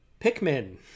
Pikmin